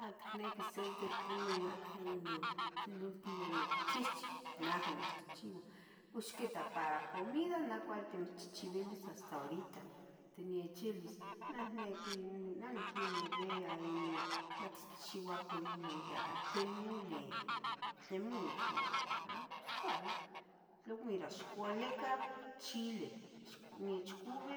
A ticniqui sintitl inon inon tlen último onicchihchi, naha nicchichiua, pos ixquita para comida nah cuali nimitzchichibilis hasta horita tinechilbis neh niqui neh niquilebia inon matchiuaca inon yaha tlen mule, ¿tlen mule itniqui? ah pos cuali pos mira, ixcualica chiles, nechcobi